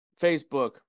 Facebook